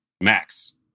Max